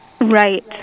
Right